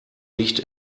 nicht